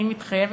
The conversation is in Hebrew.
אני מתחייבת,